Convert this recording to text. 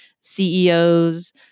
CEOs